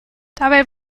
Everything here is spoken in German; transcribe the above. dabei